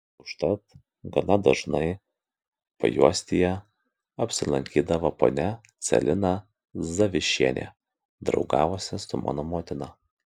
užtat gana dažnai pajuostyje apsilankydavo ponia celina zavišienė draugavusi su mano motina